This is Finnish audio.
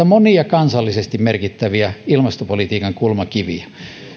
monia kansallisesti merkittäviä ilmastopolitiikan kulmakiviä